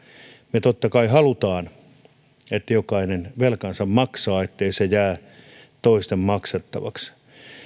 me totta kai haluamme että jokainen velkansa maksaa ettei se jää toisten maksettavaksi